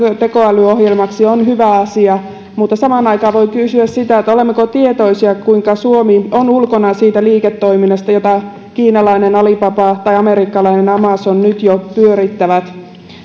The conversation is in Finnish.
tekoälyohjelmaksi on hyvä asia mutta samaan aikaan voi kysyä sitä olemmeko tietoisia kuinka suomi on ulkona siitä liiketoiminnasta jota kiinalainen alibaba tai amerikkalainen amazon nyt jo pyörittävät